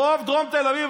רוב דרום תל אביב,